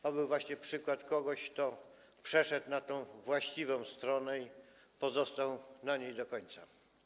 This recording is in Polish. To był właśnie przykład kogoś, kto przeszedł na tę właściwą stronę i pozostał po niej do końca.